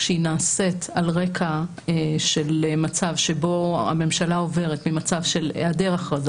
כשהיא נעשית על רקע מצב שבו הממשלה עוברת ממצב של העדר הכרזה